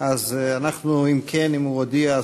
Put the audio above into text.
אם הוא הודיע,